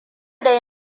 dai